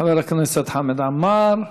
חבר הכנסת חמד עמאר,